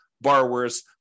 borrowers